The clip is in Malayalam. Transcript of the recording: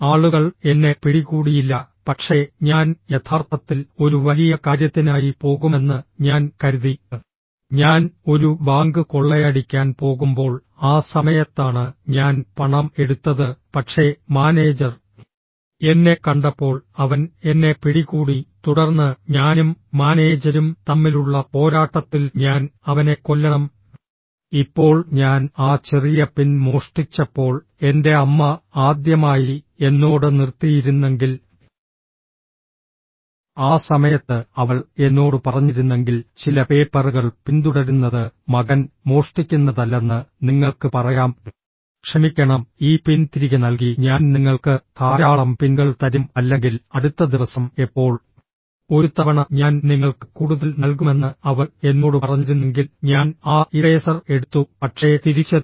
ആളുകൾ എന്നെ പിടികൂടിയില്ല പക്ഷേ ഞാൻ യഥാർത്ഥത്തിൽ ഒരു വലിയ കാര്യത്തിനായി പോകുമെന്ന് ഞാൻ കരുതി ഞാൻ ഒരു ബാങ്ക് കൊള്ളയടിക്കാൻ പോകുമ്പോൾ ആ സമയത്താണ് ഞാൻ പണം എടുത്തത് പക്ഷേ മാനേജർ എന്നെ കണ്ടപ്പോൾ അവൻ എന്നെ പിടികൂടി തുടർന്ന് ഞാനും മാനേജരും തമ്മിലുള്ള പോരാട്ടത്തിൽ ഞാൻ അവനെ കൊല്ലണം ഇപ്പോൾ ഞാൻ ആ ചെറിയ പിൻ മോഷ്ടിച്ചപ്പോൾ എൻറെ അമ്മ ആദ്യമായി എന്നോട് നിർത്തിയിരുന്നെങ്കിൽ ആ സമയത്ത് അവൾ എന്നോട് പറഞ്ഞിരുന്നെങ്കിൽ ചില പേപ്പറുകൾ പിന്തുടരുന്നത് മകൻ മോഷ്ടിക്കുന്നതല്ലെന്ന് നിങ്ങൾക്ക് പറയാം ക്ഷമിക്കണം ഈ പിൻ തിരികെ നൽകി ഞാൻ നിങ്ങൾക്ക് ധാരാളം പിൻകൾ തരും അല്ലെങ്കിൽ അടുത്ത ദിവസം എപ്പോൾ ഒരു തവണ ഞാൻ നിങ്ങൾക്ക് കൂടുതൽ നൽകുമെന്ന് അവൾ എന്നോട് പറഞ്ഞിരുന്നെങ്കിൽ ഞാൻ ആ ഇറേസർ എടുത്തു പക്ഷേ തിരിച്ചെത്തി